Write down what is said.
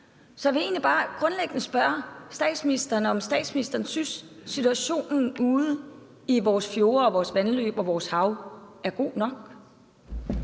Så jeg vil egentlig bare grundlæggende spørge statsministeren, om statsministeren synes, at situationen ude i vores fjorde, vandløb og hav er god nok.